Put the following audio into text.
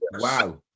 Wow